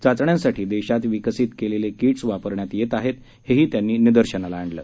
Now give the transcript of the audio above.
चाचण्यासाठी देशात विकसित केलेले कीट्स वापरण्यात येत आहे हेही त्यांनी निदर्शनाला आणलं